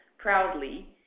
proudly